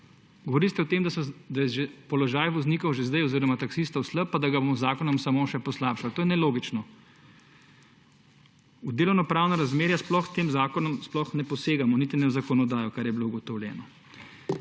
Govorili ste o tem, da je že položaj voznikov že zdaj oziroma taksistov slab, pa da ga bomo z zakonom samo še poslabšali. To je nelogično. V delovno-pravna razmerja sploh s tem zakonom sploh ne posegamo niti ne v zakonodajo, kar je bilo ugotovljeno.